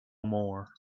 more